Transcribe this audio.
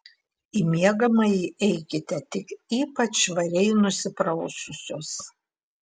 į miegamąjį eikite tik ypač švariai nusipraususios